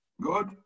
Good